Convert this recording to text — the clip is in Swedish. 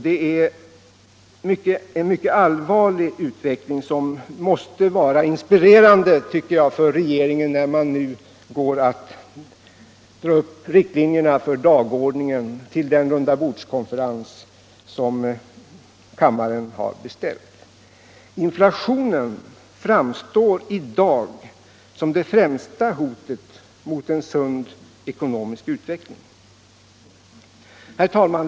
Det är en mycket allvarlig utveckling, som måste inspirera regeringen, när man nu går att dra upp riktlinjerna för dagordningen vid den rundabordskonferens som kammaren har beställt. Inflationen framstår i dag som det främsta hotet mot en sund ekonomisk utveckling.